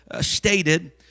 stated